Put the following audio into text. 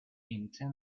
inter